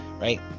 right